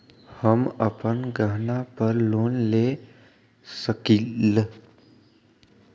हम अपन गहना पर लोन ले सकील?